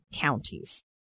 counties